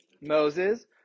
Moses